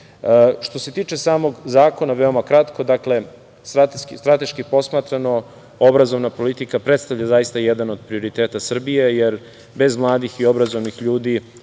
se tiče samo zakona, veoma kratko, dakle, strateški posmatrano, obrazovna politika predstavlja zaista jedan od prioriteta Srbije, jer bez mladih i obrazovnih ljudi,